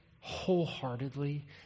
wholeheartedly